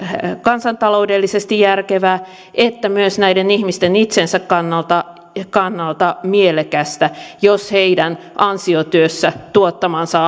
kansantaloudellisesti järkevää että myös näiden ihmisten itsensä kannalta kannalta mielekästä jos heidän ansiotyössä tuottamansa